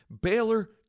Baylor